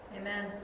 Amen